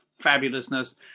fabulousness